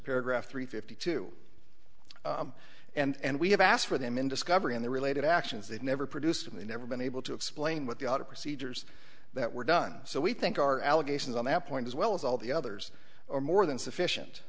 paragraph three fifty two and we have asked for them in discovery and the related actions they've never produced and they never been able to explain what the audit procedures that were done so we think our allegations on that point as well as all the others are more than sufficient